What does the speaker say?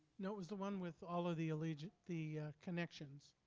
no, it was the one with all of the allegiant the connections.